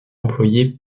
employé